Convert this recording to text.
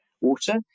water